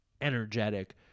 energetic